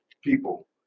people